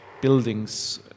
buildings